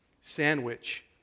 sandwich